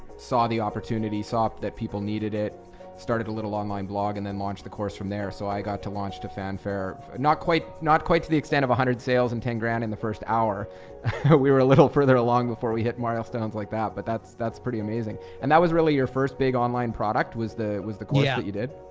saw the opportunity, saw that people needed it started a little online blog and then launch the course from there so i got to launch the fanfare not quite not quite to the extent of a hundred sales and ten grand in the first hour we were a little further along before we hit milestones like that but that's that's pretty amazing. and that was really your first big online product was the was the course yeah that you did?